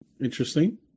interesting